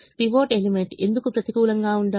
pivot element ఎందుకు ప్రతికూలంగా ఉండాలి